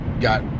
got